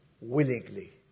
willingly